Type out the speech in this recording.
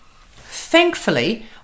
Thankfully